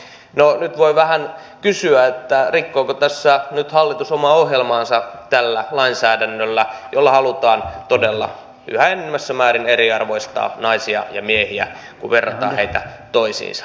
no nyt voi vähän kysyä rikkooko tässä nyt hallitus omaa ohjelmaansa tällä lainsäädännöllä jolla halutaan todella yhä enenevässä määrin eriarvoistaa naisia ja miehiä kun verrataan heitä toisiinsa